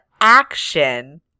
action